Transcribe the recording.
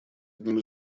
одним